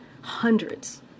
hundreds